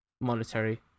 monetary